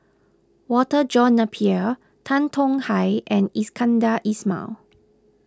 Walter John Napier Tan Tong Hye and Iskandar Ismail